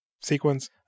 sequence